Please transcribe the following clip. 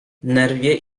nerwie